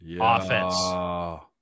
offense